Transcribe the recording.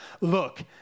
Look